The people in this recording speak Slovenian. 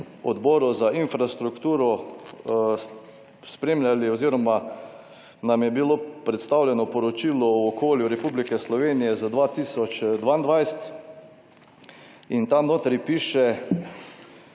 Odboru za infrastrukturo spremljali oziroma nam je bilo predstavljeno poročilo o okolju Republike Slovenije 2022 in tam notri piše